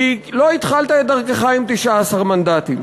כי לא התחלת את דרכך עם 19 מנדטים,